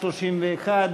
31,